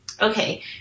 okay